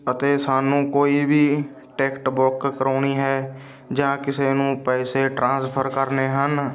ਅਤੇ ਸਾਨੂੰ ਕੋਈ ਵੀ ਟਿਕਟ ਬੁੱਕ ਕਰਾਉਣੀ ਹੈ ਜਾਂ ਕਿਸੇ ਨੂੰ ਪੈਸੇ ਟਰਾਂਸਫਰ ਕਰਨੇ ਹਨ